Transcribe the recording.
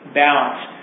balance